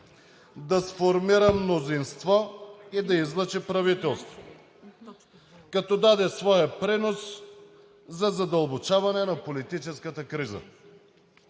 да сформира мнозинство и да излъчи правителство, като даде своя принос за задълбочаване на политическата криза.